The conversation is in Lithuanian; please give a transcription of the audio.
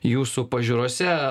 jūsų pažiūrose